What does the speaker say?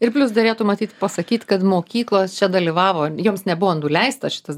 ir plius derėtų matyt pasakyt kad mokyklos čia dalyvavo joms nebuvo nuleistas šitas